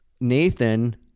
Nathan